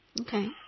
Okay